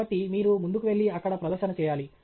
కాబట్టి మీరు ముందుకు వెళ్లి అక్కడ ప్రదర్శన చేయాలి